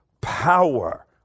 power